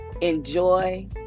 enjoy